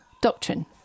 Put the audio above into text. doctrine